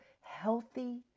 healthy